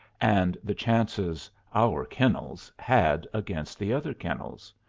and the chances our kennels had against the other kennels,